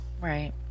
Right